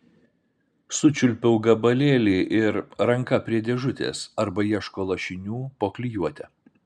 sučiulpiau gabalėlį ir ranka prie dėžutės arba ieško lašinių po klijuotę